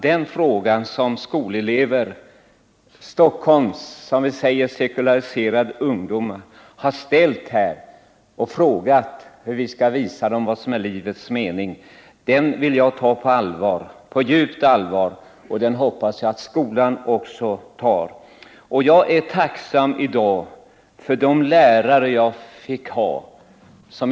Den fråga som skolelever bland Stockholms s.k. sekulariserade ungdom har ställt och som går ut på att de vill att vi skall visa dem vad som är livets mening vill jag ta på djupt allvar, och det hoppas jag att också skolan gör. Jag är i dag tacksam för de lärare som jag fick ha.